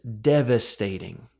devastating